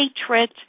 hatred